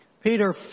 Peter